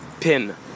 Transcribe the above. pin